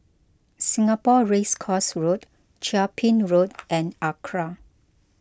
Singapore Race Course Chia Ping Road and Acra